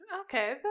Okay